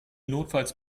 notfalls